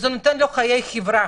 וזה נותן לו חיי חברה,